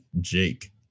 Jake